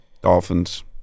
Dolphins